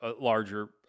larger